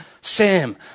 Sam